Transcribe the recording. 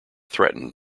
threatened